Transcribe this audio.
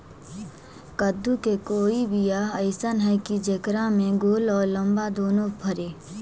कददु के कोइ बियाह अइसन है कि जेकरा में गोल औ लमबा दोनो फरे?